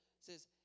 says